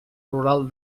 rural